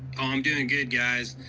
i'm doing good, guys.